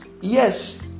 yes